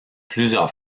plusieurs